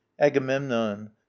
agamemnon